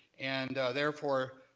and therefore,